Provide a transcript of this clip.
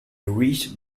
reached